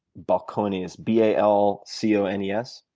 balcone's, b a l c o n e s?